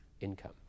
income